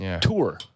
tour